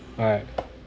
right